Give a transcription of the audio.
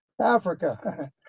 Africa